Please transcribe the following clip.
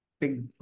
Big